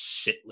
shitless